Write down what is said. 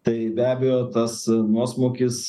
tai be abejo tas nuosmukis